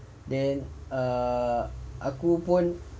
then err aku pun